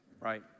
right